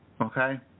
Okay